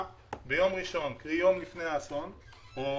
ביום ראשון, קרי: יום לפני האסון או